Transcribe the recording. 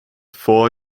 four